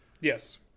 Yes